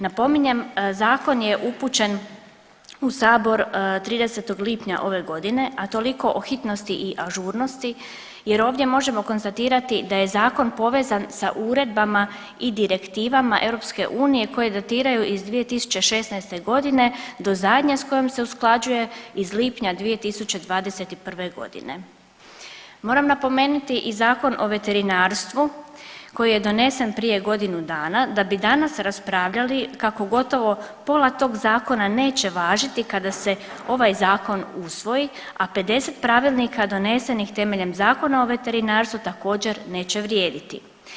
Napominjem, Zakon je upućen u Sabor 30. lipnja ove godine, a toliko o hitnosti i ažurnosti jer ovdje možemo konstatirati da je Zakon povezan sa uredbama i direktivama EU koje datiraju iz 2016. g. do zadnje s kojom se usklađuje iz lipnja 2021. g. Moram napomenuti i Zakon o veterinarstvu koji je donesen prije godinu dana da bi danas raspravljali kako gotovo pola tog Zakona neće važiti kada se ovaj Zakon usvoji, a 50 pravilnika donesenih temeljem Zakona o veterinarstvu također, neće vrijediti.